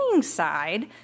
side